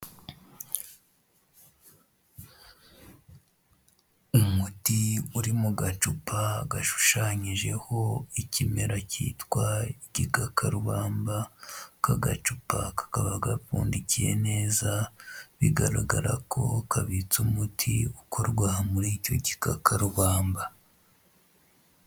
Umuti uri mu gacupa gashushanyijeho ikimera cyitwa ikigakarubamba, aka gacupa kakaba gapfundikiye neza bigaragara ko kabitse umuti ukorwa muri icyo gikakarubamba.